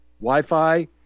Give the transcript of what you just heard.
Wi-Fi